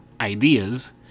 ideas